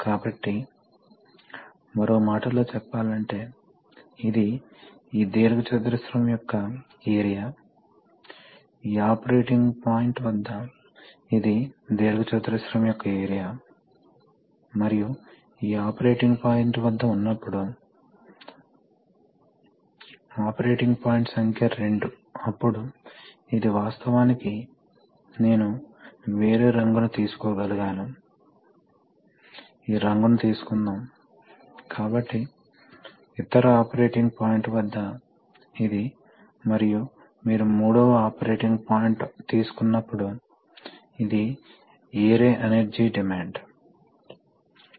కాబట్టి గాలి నిరోధించడానికి అన్ని సీల్స్ చాలా టైట్ చేస్తారు మరియు ఇది చాలా ఫ్రిక్షన్ ను సృష్టిస్తుంది కాబట్టి లూబ్రికేషన్ మరింత అవసరం అదేవిధంగా కూలింగ్ అవసరం ఎందుకంటే కంప్రెసర్ వాస్తవానికి చాలా పని చేస్తుంది కాబట్టి చాలా వేడి ఉత్పత్తి అవుతుంది చల్లబరచడానికి కూలింగ్ అవసరం మరియు మీకు అన్లోడ్ వ్యవస్థలు అవసరం కంప్రెషర్లు ఎనర్జీ గజ్లర్లు అని మీకు తెలుసు